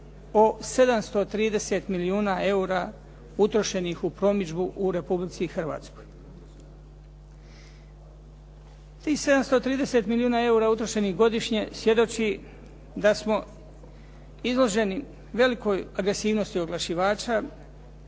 o 730 milijuna eura utrošenih u promidžbu u Republici Hrvatskoj. Tih 730 milijuna eura utrošenih godišnje svjedoči da smo izloženi velikoj agresivnosti oglašivača